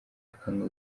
akanga